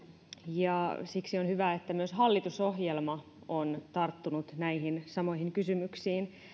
ja siksi on hyvä että myös hallitusohjelma on tarttunut näihin samoihin kysymyksiin